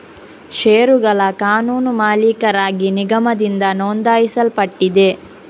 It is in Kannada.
ಷೇರುಗಳ ಕಾನೂನು ಮಾಲೀಕರಾಗಿ ನಿಗಮದಿಂದ ನೋಂದಾಯಿಸಲ್ಪಟ್ಟಿದೆ